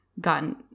gotten